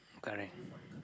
correct